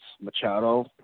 Machado